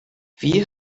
wie